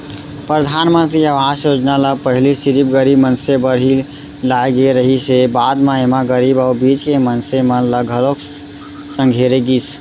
परधानमंतरी आवास योजना ल पहिली सिरिफ गरीब मनसे बर ही लाए गे रिहिस हे, बाद म एमा गरीब अउ बीच के मनसे मन ल घलोक संघेरे गिस